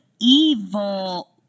evil